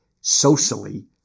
socially